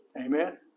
Amen